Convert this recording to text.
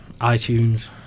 iTunes